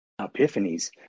Epiphanies